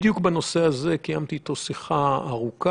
בדיוק בנושא הזה קיימתי איתו שיחה ארוכה.